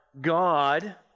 God